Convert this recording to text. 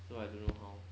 so I don't know how